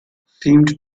seemed